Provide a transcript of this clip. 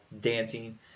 dancing